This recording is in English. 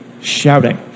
shouting